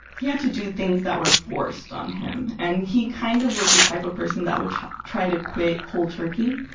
he had to do things that were forced on him, and he kind of was the type of person that would try to quit cold turkey.